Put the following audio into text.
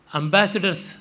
ambassadors